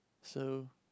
so